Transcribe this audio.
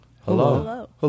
Hello